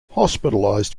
hospitalized